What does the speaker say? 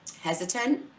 hesitant